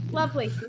lovely